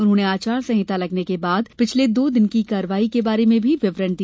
उन्होंने आचार संहिता लगने के बाद पिछले दो दिन की कार्यवाही के बारे में भी विवरण दिया